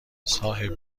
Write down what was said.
صاحب